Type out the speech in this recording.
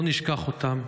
לא נשכח אותם.